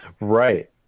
Right